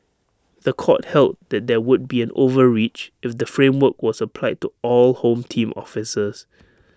The Court held that there would be an overreach if the framework was applied to all home team officers